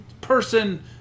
person